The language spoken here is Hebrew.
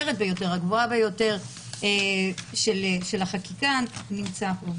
הגבוהה ביותר של החקיקה, נמצא פה.